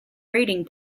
raiding